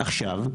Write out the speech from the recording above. עכשיו,